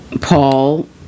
Paul